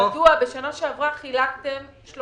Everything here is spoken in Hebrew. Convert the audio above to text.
מדוע בשנה שעברה חילקתם יותר